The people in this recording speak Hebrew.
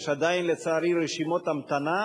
לצערי, יש עדיין רשימות המתנה,